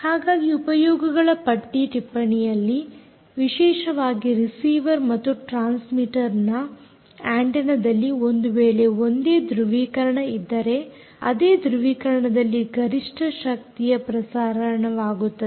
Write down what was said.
ಹಾಗಾಗಿ ಉಪಯೋಗಗಳ ಪಟ್ಟಿಯ ಟಿಪ್ಪಣಿಯಲ್ಲಿ ವಿಶೇಷವಾಗಿ ರಿಸಿವರ್ ಮತ್ತು ಟ್ರಾನ್ಸ್ಮಿಟರ್ನ ಆಂಟೆನ್ನantennaದಲ್ಲಿ ಒಂದು ವೇಳೆ ಒಂದೇ ಧೃವೀಕರಣ ಇದ್ದರೆ ಅದೇ ಧೃವೀಕರಣದಲ್ಲಿ ಗರಿಷ್ಠ ಶಕ್ತಿಯ ಪ್ರಸಾರಣವಾಗುತ್ತದೆ